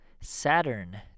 Saturn